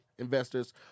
Investors